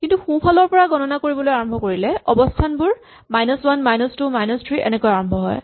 কিন্তু সোঁফালৰ পৰা গণনা আৰম্ভ কৰিবলৈ হ'লে অৱস্হানবোৰ minus one minus two minus three এনেকৈ আৰম্ভ হয়